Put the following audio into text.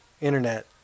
internet